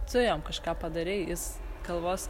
tu jam kažką padarei jis kalvos